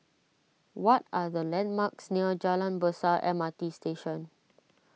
what are the landmarks near Jalan Besar M R T Station